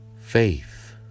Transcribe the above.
Faith